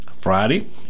Friday